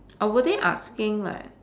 or were they asking like